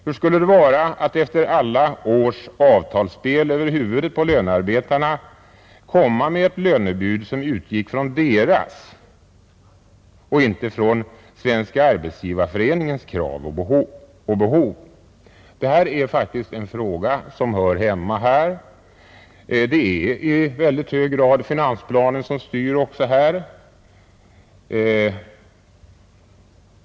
Hur skulle det vara att efter alla års avtalsspel över huvudet på lönearbetarna lägga fram ett lönebud som utgick från deras, inte från Svenska arbetsgivareföreningens krav och behov? Detta är faktiskt en fråga som hör hemma här. Det är i väldigt hög grad finansplanen som styr även i detta fall.